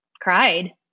cried